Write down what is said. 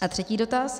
A třetí dotaz.